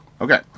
Okay